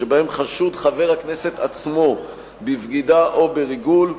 שבהם חשוד חבר הכנסת עצמו בבגידה או בריגול,